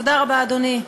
תודה רבה, אדוני,